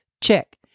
Check